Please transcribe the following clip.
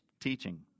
teaching